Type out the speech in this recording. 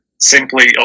simply